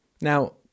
Now